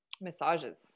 massages